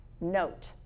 note